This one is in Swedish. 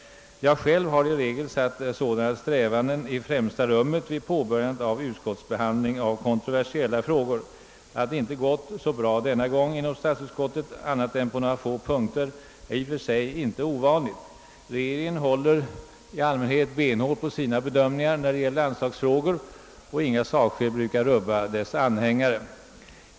Jag har själv i regel satt sådana strävanden i främsta rummet vid påbörjandet av utskottsbehandlingen av kontroversiella frågor. Att det inte gått så bra denna gång i statsutskottet annat än på några få punkter innebär ingenting ovanligt. Regeringen håller i allmänhet benhårt på sina bedömningar i anslagsfrågor, och inga sakskäl brukar rubba dess anhängare.